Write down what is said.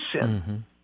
sin